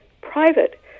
private